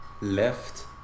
left